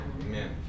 Amen